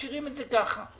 משאירים את זה ככה,